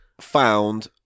found